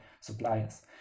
suppliers